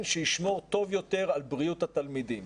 שישמור טוב יותר על בריאות התלמידים.